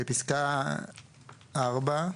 פסקה (4):